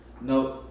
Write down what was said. No